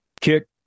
kick